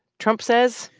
trump says.